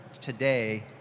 today